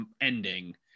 ending